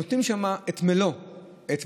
נותנים שם את מלוא התשובות,